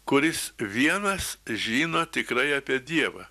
kuris vienas žino tikrai apie dievą